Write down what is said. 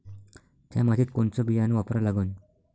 थ्या मातीत कोनचं बियानं वापरा लागन?